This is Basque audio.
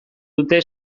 dute